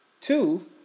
Two